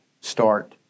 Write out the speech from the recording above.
start